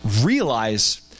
realize